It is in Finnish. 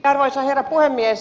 arvoisa herra puhemies